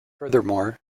furthermore